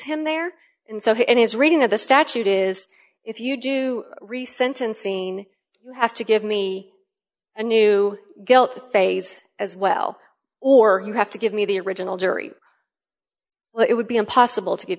him there and so he and his reading of the statute is if you do re sentencing you have to give me a new guilt phase as well or you have to give me the original jury it would be impossible to give